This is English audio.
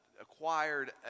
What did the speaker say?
acquired